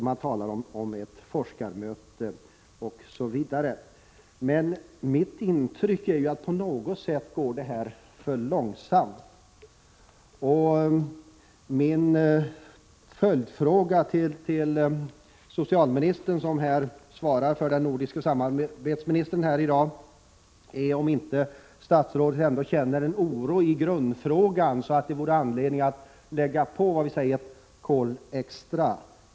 Man talar om ett forskarmöte, osv. Mitt intryck är att detta på något sätt går för långsamt. Min första följdfråga till socialministern — som i dag svarar för den nordiska samarbetsministern — är om inte statsrådet ändå känner en oro i grundfrågan. Det 59 borde finnas anledning att lägga på ett kol extra.